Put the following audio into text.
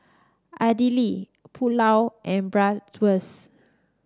Idili Pulao and Bratwurst